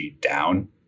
down